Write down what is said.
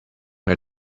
your